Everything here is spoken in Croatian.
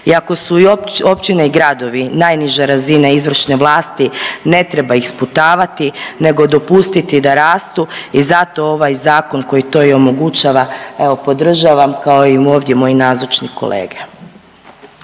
Iako su i općine i gradovi najniža razina izvršne vlasti ne treba ih sputavati nego dopustiti da rastu i zato ovaj zakon koji to i omogućava evo podržavam kao i ovdje moji nazočni kolege.